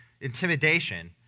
intimidation